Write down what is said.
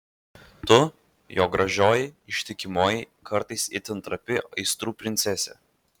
tu jo gražioji ištikimoji kartais itin trapi aistrų princesė